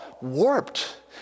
warped